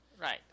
Right